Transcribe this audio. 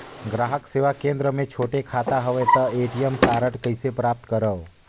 ग्राहक सेवा केंद्र मे छोटे खाता हवय त ए.टी.एम कारड कइसे प्राप्त करव?